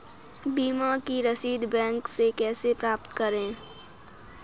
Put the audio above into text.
बीमा की रसीद बैंक से कैसे प्राप्त करें?